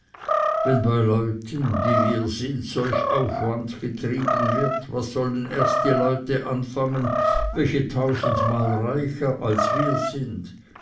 wenn bei leuten wie wir sind solch aufwand getrieben wird was sollen erst die leute anfangen welche tausendmal reicher als wir sind